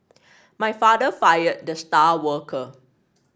my father fired the star worker